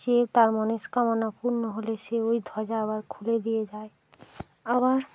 যে তার মনেস্কামনাপূর্ণ হলে সে ওই ধ্বজা আবার খুলে দিয়ে যায় আবার